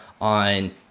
on